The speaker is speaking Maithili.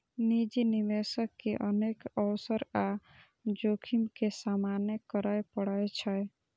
निजी निवेशक के अनेक अवसर आ जोखिम के सामना करय पड़ै छै